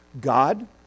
God